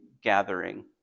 gathering